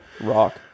rock